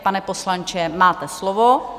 Pane poslanče, máte slovo.